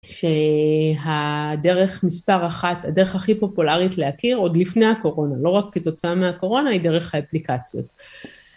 שהדרך מספר אחת, הדרך הכי פופולרית להכיר עוד לפני הקורונה, לא רק כתוצאה מהקורונה, היא דרך האפליקציות.